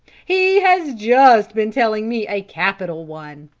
he has just been telling me a capital one.